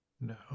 no